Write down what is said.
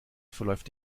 verläuft